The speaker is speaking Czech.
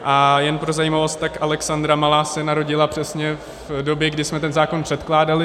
A jen pro zajímavost, tak malá Alexandra se narodila přesně v době, kdy jsme ten zákon předkládali.